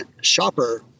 shopper